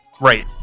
Right